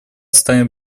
станет